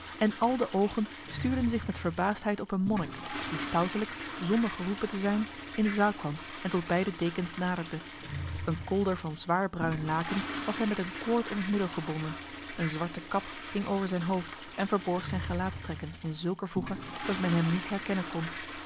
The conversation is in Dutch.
en al de ogen stuurden zich met verbaasdheid op een monnik die stoutelijk zonder geroepen te zijn in de zaal kwam en tot bij de dekens naderde een kolder van zwaar bruin laken was hem met een koord om het middel gebonden een zwarte kap hing over zijn hoofd en verborg zijn gelaatstrekken in zulker voege dat men hem niet herkennen kon